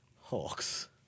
hawks